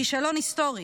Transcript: כישלון היסטורי.